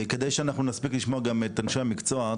כדי שאנחנו נספיק לשמוע גם את אנשי המקצוע,